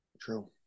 True